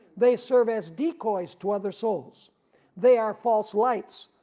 they serve as decoys to other souls they are false lights,